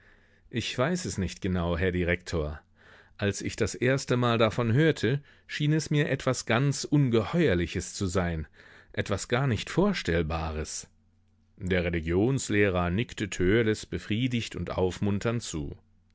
ich weiß es nicht genau herr direktor als ich das erstemal davon hörte schien es mir etwas ganz ungeheuerliches zu sein etwas gar nicht vorstellbares der religionslehrer nickte törleß befriedigt und aufmunternd zu